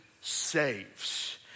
saves